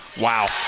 Wow